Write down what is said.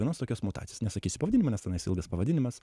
vienos tokios mutacijos nesakysiu pavadinimo nes tenais ilgas pavadinimas